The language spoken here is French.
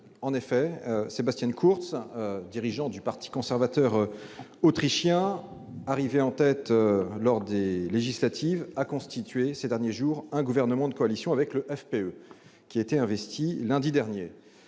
Marie, Sebastian Kurz, dirigeant du parti conservateur autrichien, arrivé en tête lors des élections législatives, a constitué ces derniers jours un gouvernement de coalition avec le FPÖ, qui a été investi lundi dernier.